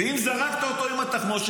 ואם זרקת אותו עם התחמושת,